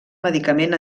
medicament